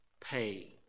pay